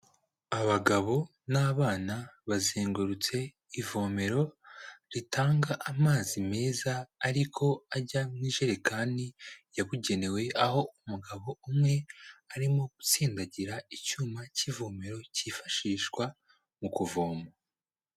Abagabo n'abana bazengurutse ivomero ritanga amazi meza ariko ajya mu ijerekani yabugenewe, aho umugabo umwe arimo gutsindagira icyuma cy'ivomero cyifashishwa mu kuvoma.